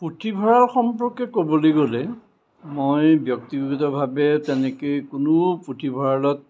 পুথিভঁৰাল সম্পৰ্কে ক'বলৈ গ'লে মই ব্য়ক্তিগতভাৱে তেনেকৈ কোনো পুথিভঁৰালত